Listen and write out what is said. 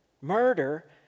murder